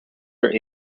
are